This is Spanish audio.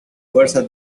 fuerzas